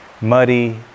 muddy